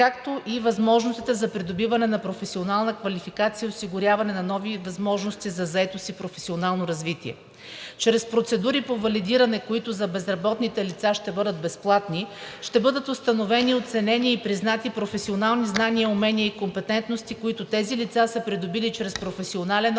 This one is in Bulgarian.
както и възможностите за придобиване на професионална квалификация, и осигуряване на нови възможности за заетост и професионално развитие. Чрез процедури по валидиране, които за безработните лица ще бъдат безплатни, ще бъдат установени, оценени и признати професионални знания, умения и компетентности, които тези лица са придобили чрез професионален опит